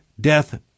death